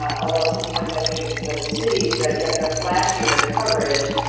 ah although sometimes i think it's the cities that get the flashier coverage.